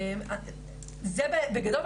זה בגדול.